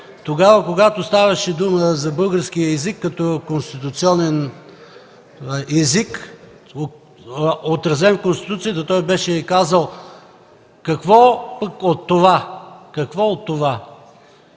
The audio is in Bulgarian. събрание? Когато ставаше дума за българския език като конституционен език, отразен в Конституцията, той беше казал: „Какво от това?”